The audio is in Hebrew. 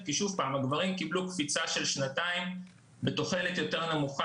כי הגברים קיבלו קפיצה של שנתיים ותוחלת נמוכה יותר,